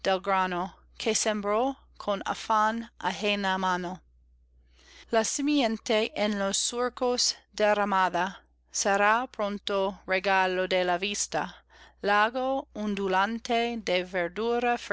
con afán ajena mano la simiente en los surcos derramada será pronto regalo de la vista lago ondulante